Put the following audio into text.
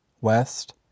west